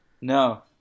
No